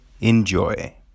enjoy